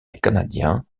canadiens